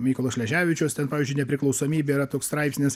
mykolo šleževičiaus ten pavyzdžiui nepriklausomybė yra toks straipsnis